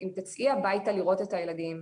אם תצאי הביתה לראות את הילדים.